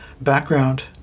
background